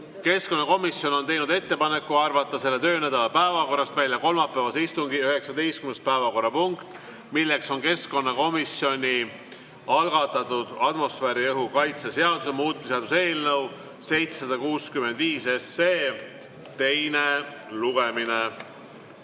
keskkonnakomisjon on teinud ettepaneku arvata selle töönädala päevakorrast välja kolmapäevase istungi 19. päevakorrapunkt, milleks on keskkonnakomisjoni algatatud atmosfääriõhu kaitse seaduse muutmise seaduse eelnõu 765 teine lugemine.